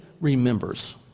remembers